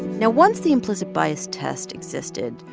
now, once the implicit bias test existed,